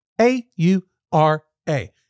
A-U-R-A